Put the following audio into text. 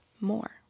more